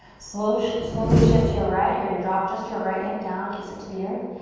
slowly slowly shift to your right. you're gonna drop just your right hip down, kiss it to the earth.